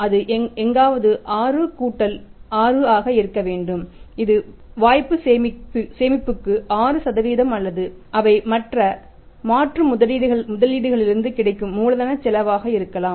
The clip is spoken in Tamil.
அது எங்காவது 6 கூட்டல் 6 ஆக இருக்க வேண்டும் இது வாய்ப்பு சேமிப்புக்கு 6 அல்லது அவை மற்ற மாற்று முதலீடுகளிலிருந்து கிடைக்கும் மூலதன செலவாக இருக்கலாம்